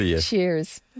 Cheers